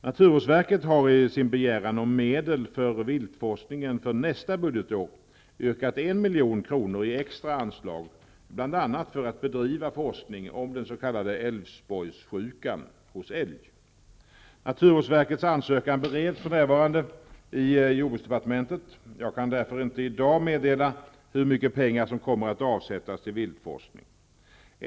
Naturvårdsverket har i sin begäran om medel för viltforskningen för nästa budgetår yrkat 1 milj.kr. i extra anslag bl.a. för att bedriva forskning om den s.k. Älvsborgssjukan hos älg. Naturvårdsverkets ansökan bereds för närvarande i jordbruksdepartementet. Jag kan därför inte i dag meddela hur mycket pengar som kommer att avsättas till viltforskning.